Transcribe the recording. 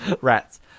rats